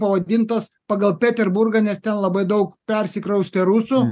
pavadintas pagal peterburgą nes ten labai daug persikraustė rusų